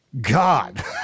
God